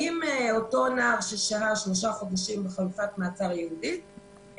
יושבים וחושבים לגבי אותו נער ששהה שלושה חודשים בחלופת מעצר ייעודית,